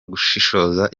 gushishoza